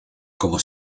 como